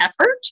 effort